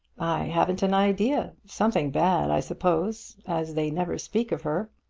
haven't an idea. something bad, i suppose, as they never speak of her.